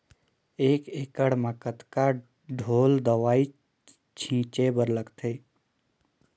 एक एकड़ म कतका ढोल दवई छीचे बर लगथे?